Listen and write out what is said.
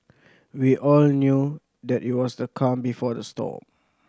we all knew that it was the calm before the storm